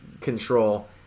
control